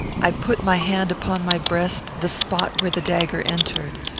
i put my hand upon my breast the spot where the dagger entered.